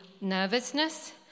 nervousness